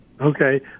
Okay